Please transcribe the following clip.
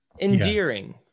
endearing